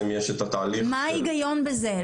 מה ההיגיון בזה?